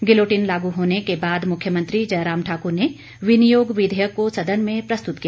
guillotine लागू होने के बाद मुख्यमंत्री जयराम ठाकुर ने विनियोग विधेयक को सदन में प्रस्तुत किया